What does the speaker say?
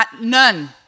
none